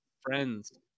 friends